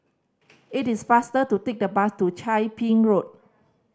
it is faster to take the bus to Chia Ping Road